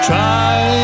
Try